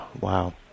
Wow